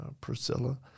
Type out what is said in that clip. Priscilla